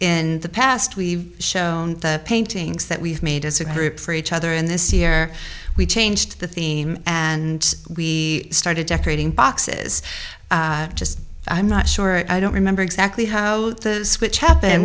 in the past we've shown the paintings that we've made as a group for each other in this year we changed the theme and we started decorating boxes just i'm not sure i don't remember exactly how this which happened